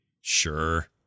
sure